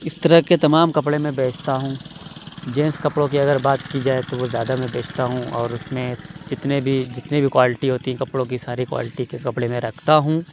اِس طرح كے تمام كپڑ ے میں بیچتا ہوں جینس کپڑوں کی اگر بات کی جائے تو وہ زیادہ میں بیچتا ہوں اور اُس میں جتنے بھی جتنی بھی کوالٹی ہوتی کپڑوں کی ساری کوالٹی کے کپڑے میں رکھتا ہوں